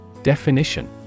Definition